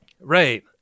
right